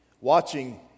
Watching